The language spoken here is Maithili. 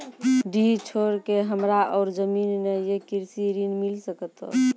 डीह छोर के हमरा और जमीन ने ये कृषि ऋण मिल सकत?